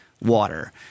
water